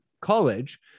college